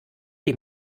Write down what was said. die